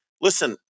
Listen